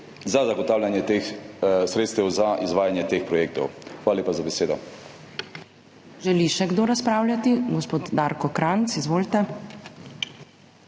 za zagotavljanje teh sredstev za izvajanje teh projektov. Hvala lepa za besedo.